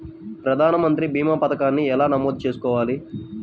ప్రధాన మంత్రి భీమా పతకాన్ని ఎలా నమోదు చేసుకోవాలి?